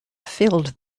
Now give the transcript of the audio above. filled